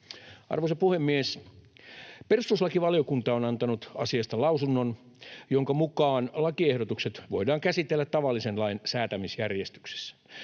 Arvoisa puhemies! Perustuslakivaliokunta on antanut asiasta lausunnon, jonka mukaan lakiehdotukset voidaan käsitellä tavallisen lain säätämisjärjestyksessä.